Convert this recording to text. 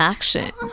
Action